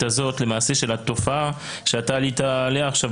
הזאת של התופעה שאתה עלית עליה עכשיו,